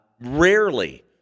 Rarely